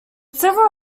several